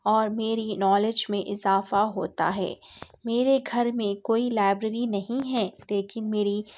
اور میری نالج میں اضافہ ہوتا ہے میرے گھر میں کوئی لائبریری نہیں ہے لیکن میری